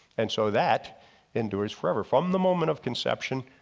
and so that endures forever from the moment of conception,